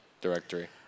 directory